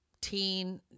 teen